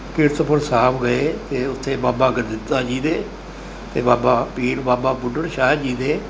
ਕੀਰਤਪੁਰ ਸਾਹਿਬ ਗਏ ਅਤੇ ਉੱਥੇ ਬਾਬਾ ਗੁਰਦਿੱਤਾ ਜੀ ਦੇ ਅਤੇ ਬਾਬਾ ਪੀਰ ਬਾਬਾ ਬੁੱਢਣ ਸ਼ਾਹ ਜੀ ਦੇ